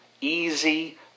easy